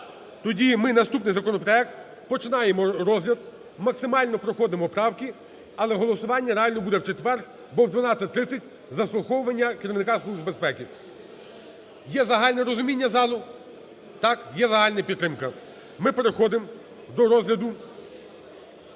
Тоді ми наступний законопроект починаємо розгляд, максимально проходимо правки, але голосування реально буде в четвер, бо о 12:30 заслуховування керівника Служби безпеки. Є загальне розуміння залу? Так? Є загальна підтримка. Ми переходимо до розгляду